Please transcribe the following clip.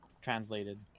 translated